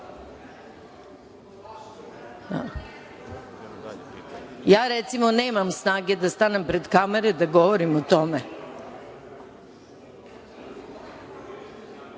Ja recimo nemam snage da stanem pred kamere da govorim o tome,